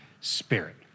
spirit